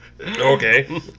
Okay